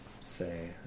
say